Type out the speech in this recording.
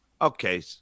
okay